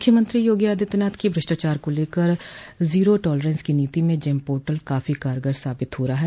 मूख्यमंत्री योगी आदित्यनाथ की भ्रष्टाचार को लेकर जीरो टालरेंस की नीति में जेम पोर्टल काफी कारगर साबित हो रहा है